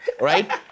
right